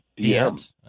DMs